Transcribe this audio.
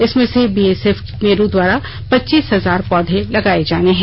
इसमें से बीएसएफ मेरु द्वारा पच्चीस हजार पौधे लगाए जाने हैं